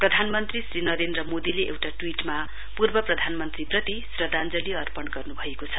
प्रधानमन्त्री श्री नरेन्द्र मोदीले एउटा ट्वीट पूर्व प्रधानमन्त्रीप्ति श्रध्याञ्जलि अर्पण गर्नुभएको छ